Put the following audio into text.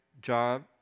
job